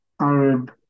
Arab